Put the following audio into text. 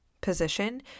position